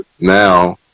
now